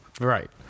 Right